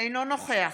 אינו נוכח